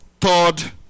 third